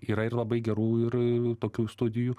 yra ir labai gerų ir tokių studijų